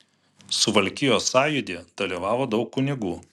suvalkijos sąjūdy dalyvavo daug kunigų